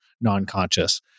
non-conscious